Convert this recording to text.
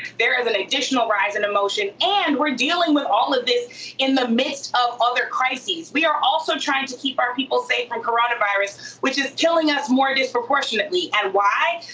there is an additional rise in emotion. and we're dealing with all of this in the midst of other crises. we are also trying to keep our people safe for ah coronavirus which is killing us more disproportionately. and why?